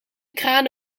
kraan